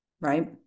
right